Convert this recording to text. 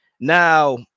Now